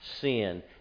sin